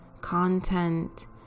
content